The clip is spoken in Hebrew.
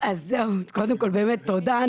אז קודם כל באמת תודה,